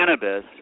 cannabis